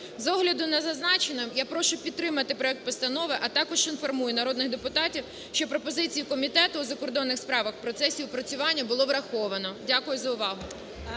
З огляду на зазначене, я прошу підтримати проект постанови, а також інформую народних депутатів, що пропозиції Комітету у закордонних справах в процесі опрацювання були враховані. Дякую за увагу.